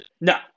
No